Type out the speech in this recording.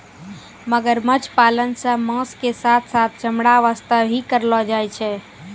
मगरमच्छ पालन सॅ मांस के साथॅ साथॅ चमड़ा वास्तॅ ही करलो जाय छै